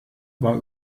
war